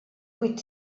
vuit